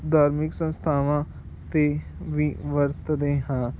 ਧਾਰਮਿਕ ਸੰਸਥਾਵਾਂ 'ਤੇ ਵੀ ਵਰਤਦੇ ਹਾਂ